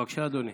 בבקשה, אדוני.